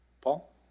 paul